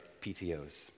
PTOs